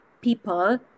people